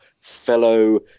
fellow